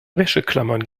wäscheklammern